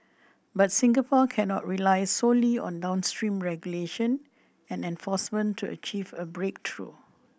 but Singapore cannot rely solely on downstream regulation and enforcement to achieve a breakthrough